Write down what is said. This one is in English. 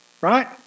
Right